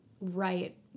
right